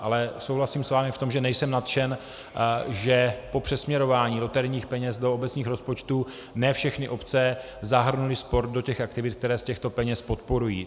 Ale souhlasím s vámi v tom, že nejsem nadšen, že po přesměrování loterijních peněz do obecních rozpočtů ne všechny obce zahrnuly sport do těch aktivit, které z těchto peněz podporují.